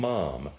Mom